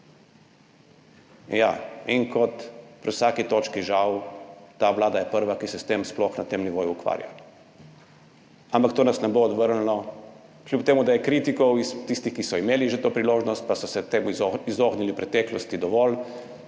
Ja, in kot pri vsaki točki, žal, ta vlada je prva, ki se s tem sploh na tem nivoju ukvarja. Ampak to nas ne bo odvrnilo. Kljub temu da je kritikov izmed tistih, ki so imeli že to priložnost, pa so se temu izognili v preteklosti, dovolj,